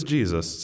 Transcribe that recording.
Jesus